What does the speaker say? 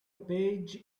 page